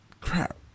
Crap